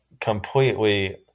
completely